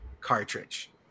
cartridge